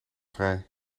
vrij